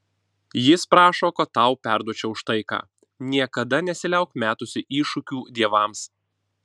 jis prašo kad tau perduočiau štai ką niekada nesiliauk metusi iššūkių dievams